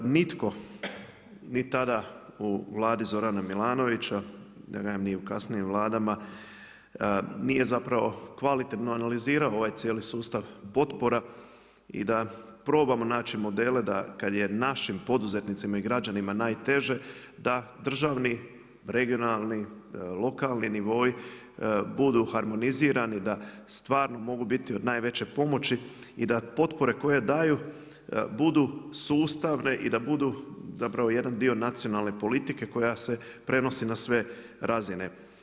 Nitko ni tada u Vladi Zorana Milanovića, da kažem ni u kasnijim Vladama nije zapravo kvalitetno analizirao ovaj cijeli sustav potpora i da probamo naći modele, da kad je našim poduzetnicima i građanima najteže, da državni, regionalni, lokalni nivoi budu harmonizirani, da stvarno mogu biti od najveće pomoći i da potpore koje daju budu sustavne i da budu zapravo jedan dio nacionalne politike koja se prenosi na sve razine.